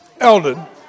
Eldon